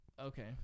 Okay